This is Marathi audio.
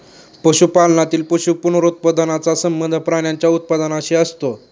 पशुपालनातील पशु पुनरुत्पादनाचा संबंध प्राण्यांच्या उत्पादनाशी असतो